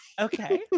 Okay